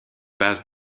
base